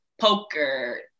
poker